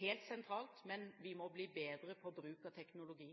helt sentralt, men vi må bli bedre på bruk av teknologi